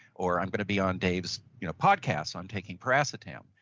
or i'm going to be on dave's you know podcast, i'm taking piracetam.